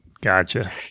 Gotcha